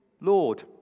Lord